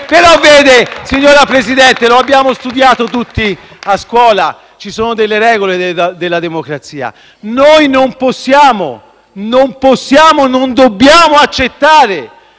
Vede, signor Presidente, lo abbiamo studiato tutti a scuola: ci sono delle regole nella democrazia. Non possiamo e non dobbiamo accettare